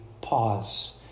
pause